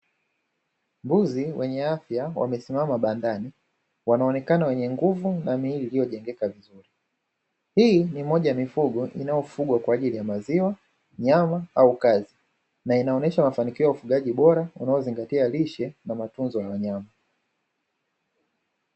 Mbuzi wenye afya wamesimama bandani wanaonekana wenye nguvu na miili iliyo jengeka vizuri, hii ni moja ya mifugo inayofugwa kwa ajili ya maziwa, nyama au kazi na inaonesha mafanikio ya ufugaji bora unao zingati lishe na matunzo ya wanyama.